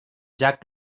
jack